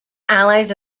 allies